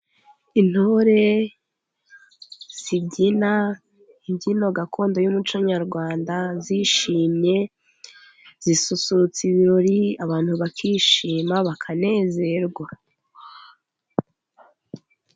Intore zibyina imbyino gakondo y'umuco nyarwanda zishimye. Zisusurutsa ibirori abantu bakishima bakanezerwa.